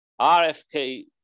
RFK